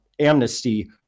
amnesty